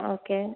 okay